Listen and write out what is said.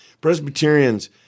Presbyterians